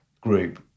group